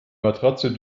matratze